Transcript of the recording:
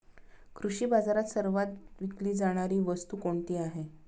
कृषी बाजारात सर्वात विकली जाणारी वस्तू कोणती आहे?